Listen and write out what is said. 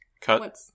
Cut